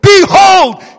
Behold